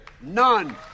None